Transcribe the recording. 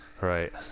right